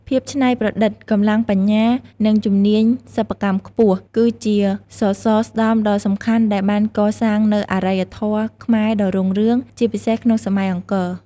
ភាពច្នៃប្រឌិត កម្លាំងបញ្ញា និងជំនាញសិប្បកម្មខ្ពស់ គឺជាសសរស្តម្ភដ៏សំខាន់ដែលបានកសាងនូវអរិយធម៌ខ្មែរដ៏រុងរឿង ជាពិសេសក្នុងសម័យអង្គរ។